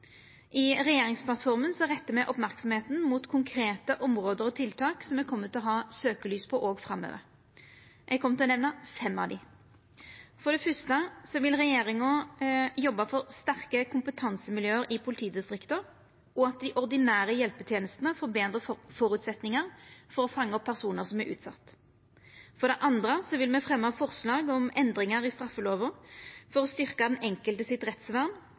I regjeringsplattforma rettar me merksemda mot konkrete område og tiltak som me kjem til å ha søkjelys på framover. Eg kjem til å nemna fem av dei. For det fyrste vil regjeringa jobba for sterke kompetansemiljø i politidistrikta og for at dei ordinære hjelpetenestene får betre føresetnader for å fanga opp personar som er utsette. For det andre vil me fremja forslag om endringar i straffelova for å styrkja rettsvernet til den enkelte,